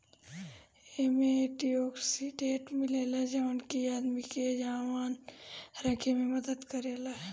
एमे antioxidant मिलेला जवन की आदमी के जवान रखे में मदद करेला